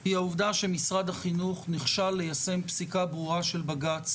היא העובדה שמשרד החינוך נכשל ליישם פסיקה ברורה של בג"ץ,